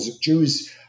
Jews